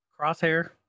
Crosshair